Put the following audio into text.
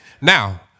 Now